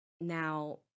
Now